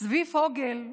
צבי פוגל,